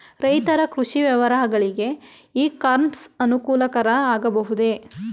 ರೈತರ ಕೃಷಿ ವ್ಯವಹಾರಗಳಿಗೆ ಇ ಕಾಮರ್ಸ್ ಅನುಕೂಲಕರ ಆಗಬಹುದೇ?